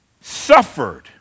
suffered